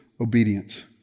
obedience